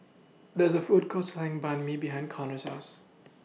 There's A Food Court Selling Banh MI behind Conner's House